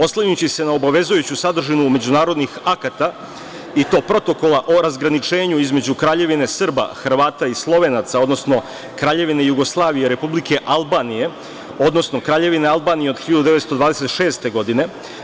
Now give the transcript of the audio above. Oslanjajući se na obavezujuću sadržinu međunarodnih akata i to protokola o razgraničenju između Kraljevine Srba, Hrvata i Slovenaca, odnosno Kraljevine Jugoslavije, Republike Albanije, odnosno Kraljevine Albanije od 1926. godine.